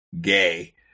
gay